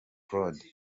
claude